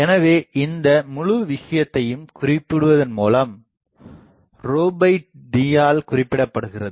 எனவே இந்த முழு விஷயத்தையும் குறிப்பிடுவதன் மூலம் fd ஆல் குறிப்பிடப்படுகிறது